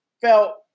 felt